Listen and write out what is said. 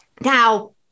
Now